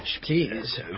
please